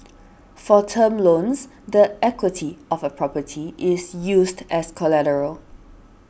for term loans the equity of a property is used as collateral